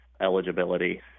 eligibility